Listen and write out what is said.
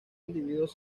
individuos